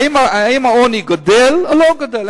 האם העוני גדל או לא גדל?